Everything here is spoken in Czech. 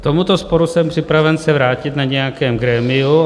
K tomuto sporu jsem připraven se vrátit na nějakém grémiu.